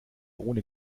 ohne